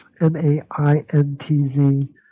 M-A-I-N-T-Z